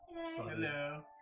Hello